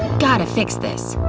gotta fix this.